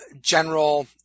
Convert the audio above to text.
General